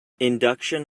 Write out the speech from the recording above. induction